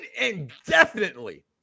indefinitely